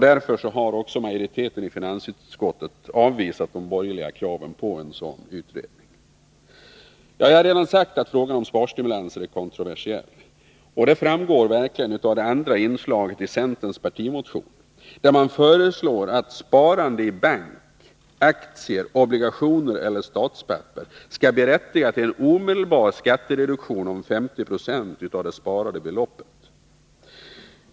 Därför har också majoriteten i finansutskottet avvisat de borgerliga kraven på en sådan kommitté. Jag har redan sagt att frågan om sparstimulanser är kontroversiell. Det framgår verkligen också av det andra inslaget i centerns partimotion, där man föreslår att sparande i bank, aktier, obligationer eller statspapper skall berättiga till en omedelbar skattereduktion med 50 26 av det sparade beloppet.